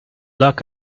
luck